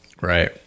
right